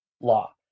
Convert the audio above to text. law